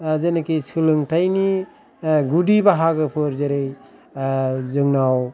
जेनेखि सोलोंथायनि गुदि बाहागोफोर जेरै जोंनाव